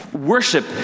Worship